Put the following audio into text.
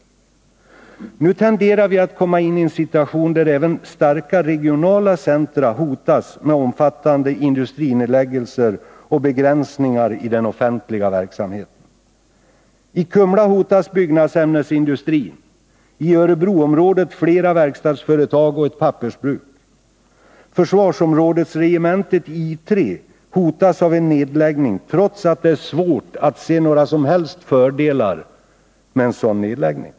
Nu tenderar vi att komma in i en situation där även starka regionala centra hotas med omfattande industrinedläggelser och begränsningar i den offentliga verksamheten. I Kumla hotas byggnadsämnesindustrin, i Örebroområdet flera verkstadsföretag och ett pappersbruk. Försvarsområdesregementet I 3 hotas av nedläggning trots att det är svårt att se några som helst fördelar med en sådan.